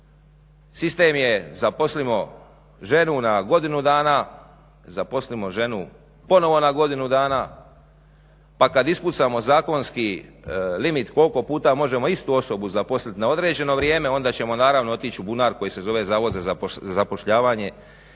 sistem je zaposlimo ženu na godinu dana, zaposlimo ženu ponovo na godinu dana pa kada ispucamo zakonski limit koliko puta možemo istu osobu zaposliti na određeno vrijeme onda ćemo naravno otići u bunar koji se zove Zavod za zapošljavanje